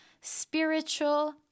spiritual